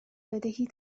بدهی